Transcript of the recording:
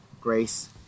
grace